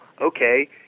okay